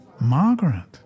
Margaret